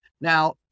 Now